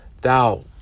thou